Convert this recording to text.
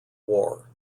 war